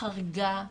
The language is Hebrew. חריגה,